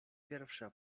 pierwsza